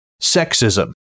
sexism